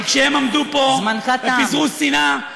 כי כשהם עמדו פה ופיזרו שנאה,